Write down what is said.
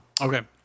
Okay